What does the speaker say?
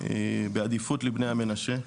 בעדיפות לבני המנשה.